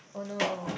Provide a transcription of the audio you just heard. oh no